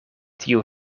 tiu